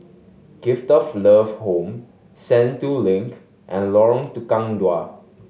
Gift of Love Home Sentul Link and Lorong Tukang Dua